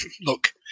look